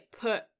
put